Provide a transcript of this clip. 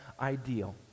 ideal